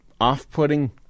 off-putting